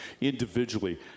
individually